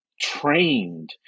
trained